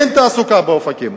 אין תעסוקה באופקים.